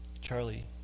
Charlie